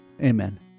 Amen